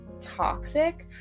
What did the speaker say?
toxic